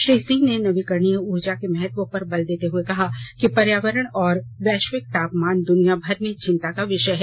श्री सिंह ने नवीकरणीय ऊर्जा के महत्व पर बल देते हुए कहा कि पर्यावरण और वैश्विक तापमान दुनिया भर में चिंता का विषय हैं